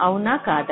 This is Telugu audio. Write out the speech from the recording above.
అవునా కాదా